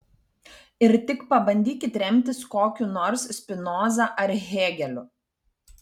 ir tik pabandykit remtis kokiu nors spinoza ar hėgeliu